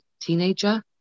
teenager